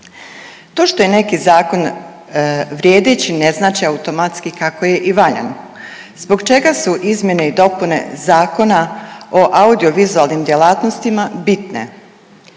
To što je neki zakon vrijedeći ne znači automatski kako je i valjan. Zbog čega su izmjene i dopune Zakona o audiovizualnim djelatnostima bitne?